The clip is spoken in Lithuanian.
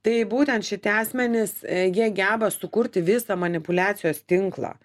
tai būtent šitie asmenys jie geba sukurti visą manipuliacijos tinklą